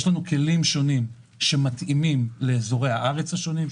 יש לנו כלים שונים שמתאימים לאזורי הארץ השונים,